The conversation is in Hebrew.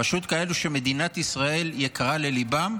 פשוט כאלה שמדינת ישראל יקרה לליבם,